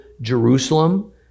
jerusalem